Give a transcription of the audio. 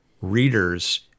readers